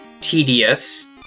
tedious